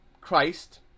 Christ